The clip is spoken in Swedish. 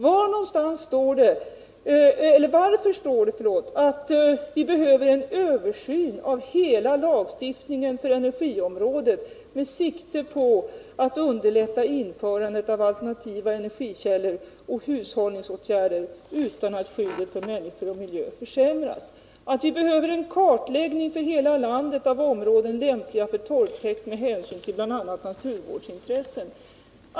Varför står det att vi behöver en översyn av hela lagstiftningen för energiområdet med sikte på att underlätta införandet av alternativa energikällor och hushållningsåtgärder utan att skyddet för människor och miljö försämras? Varför står det att vi behöver en kartläggning för hela landet av områden lämpliga för torvtäkt med hänsyn till bl.a. naturvårdsintressen?